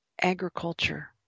agriculture